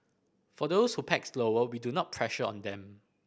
for those who pack slower we do not pressure on them